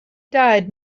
died